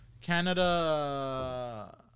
Canada